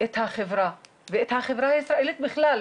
את החברה ואת החברה הישראלית בכלל,